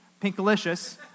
Pinkalicious